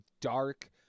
dark